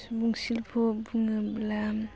सुबुं सिल्प' बुङोब्ला